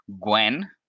Gwen